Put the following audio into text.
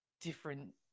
different